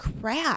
crap